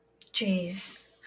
Jeez